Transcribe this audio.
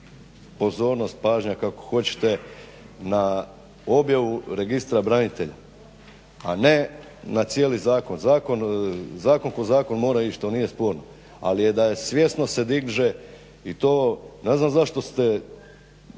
pozornost, pažnja kako hoćete na objavu Registra branitelja, a ne na cijeli zakon. Zakon ko zakon mora ići, to nije sporno, ali da svjesno se diže i to ne znam zašto ste,